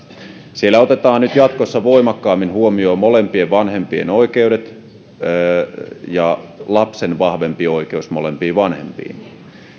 siellä otetaan jatkossa voimakkaammin huomioon molempien vanhempien oikeudet lapsen vahva oikeus molempiin vanhempiin